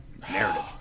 Narrative